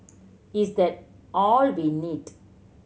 is that all we need